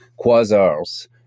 quasars